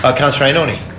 ah counsellor ioannoni